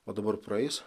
o dabar praeis